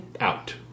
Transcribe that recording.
out